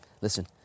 Listen